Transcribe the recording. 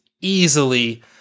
easily